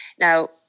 Now